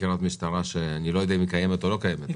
חקירת משטרה שאני לא יודע אם היא קיימת או לא קיימת.